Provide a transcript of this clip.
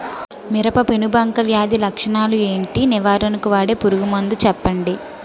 మిరప పెనుబంక వ్యాధి లక్షణాలు ఏంటి? నివారణకు వాడే పురుగు మందు చెప్పండీ?